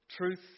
truth